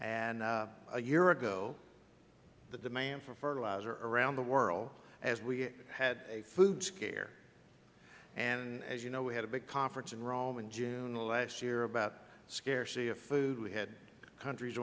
and a year ago the demand for fertilizer around the world as we had a food scare and as you know we had a big conference in rome in june of last year about scarcity of food we had countries